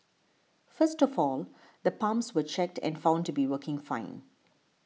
first of all the pumps were checked and found to be working fine